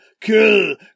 kill